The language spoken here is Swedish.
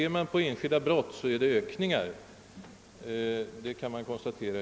Men ser man på enskilda brott, finner man som sagt en ökning; det kan klart konstateras.